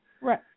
Right